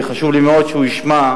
וחשוב לי מאוד שהוא ישמע.